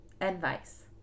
Advice